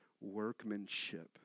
workmanship